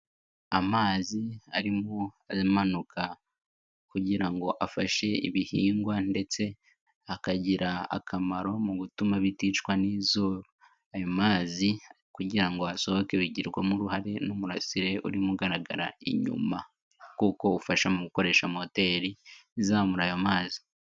Amazi arimo amanuka kugira ngo afashe ibihingwa ndetse akagira akamaro mu gutuma biticwa n'izuba, ayo mazi kugira ngo asohoke bigimo uruhare n'umurasire urimo ugaragara inyuma kuko ufasha mu gukoresha moteri izamura ayo mazi.